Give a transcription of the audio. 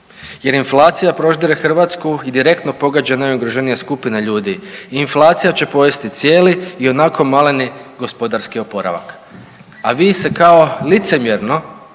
jer inflacija proždire Hrvatsku i direktno pogađa najugroženije skupine ljudi i inflacija će pojesti cijeli ionako maleni gospodarski oporavak. A vi se kao licemjerno